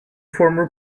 former